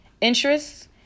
interests